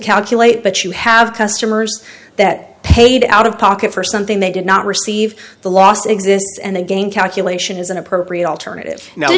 calculate but you have customers that paid out of pocket for something they did not receive the last exists and again calculation is an appropriate alternative